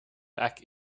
back